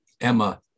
Emma